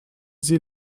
sie